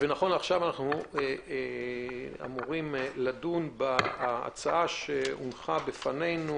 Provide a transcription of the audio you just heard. נכון לעכשיו אנחנו אמורים לדון בהצעה שהונחה בפנינו,